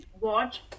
watch